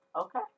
Okay